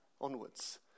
onwards